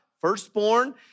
firstborn